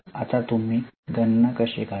आता तुम्ही गणना कशी कराल